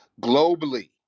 globally